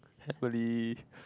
happily